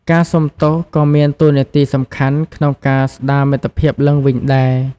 ការសូមទោសក៏មានតួនាទីសំខាន់ក្នុងការស្ដារមិត្តភាពឡើងវិញដែរ។